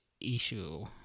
issue